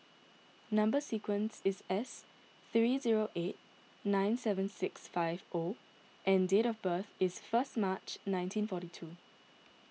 Number Sequence is S three zero eight nine seven six five O and date of birth is first March nineteen forty two